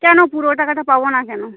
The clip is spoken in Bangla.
কেন পুরো টাকাটা পাব না কেন